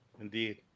Indeed